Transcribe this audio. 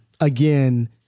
again